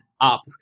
up